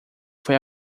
foi